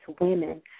women